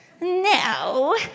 no